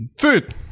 Food